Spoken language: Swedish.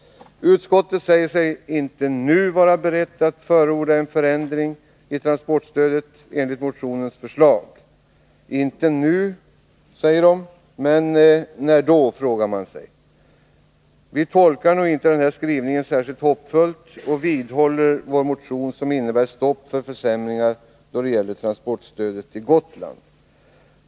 Utskottet säger sig inte nu vara berett att förorda en förändring i transportstödet enligt motionens förslag. Inte nu, säger alltså utskottet. När då? frågar man sig. Vi tolkar nog inte denna skrivning särskilt hoppfullt och vidhåller vår motion, som innebär stopp för försämringar då det gäller transportstödet till Gotland.